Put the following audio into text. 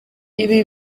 ibi